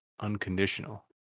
unconditional